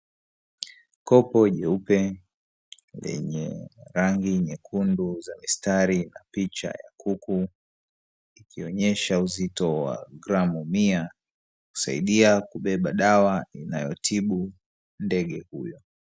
Kopo jeupe lenye rangi nyekundu za mistari na picha ya kuku, ikonyesha uzito wa gramu mia husiadia kubeba dawa anayotumia ndege huyo.